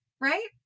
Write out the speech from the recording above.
right